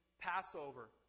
Passover